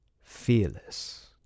Fearless